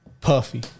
Puffy